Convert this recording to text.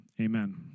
Amen